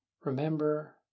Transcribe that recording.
remember